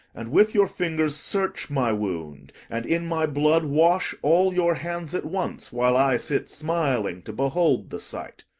and with your fingers search my wound, and in my blood wash all your hands at once, while i sit smiling to behold the sight.